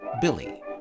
Billy